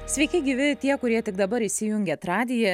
sveiki gyvi tie kurie tik dabar įsijungiat radiją